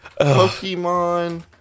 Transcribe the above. pokemon